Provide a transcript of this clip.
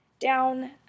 down